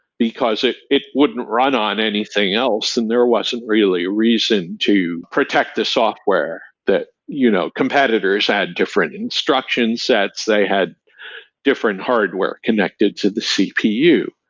because it it wouldn't run on anything else and there wasn't really a reason to protect the software that you know competitors had different instructions sets. they had different hardware connected to the cpu.